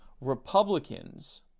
Republicans